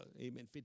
amen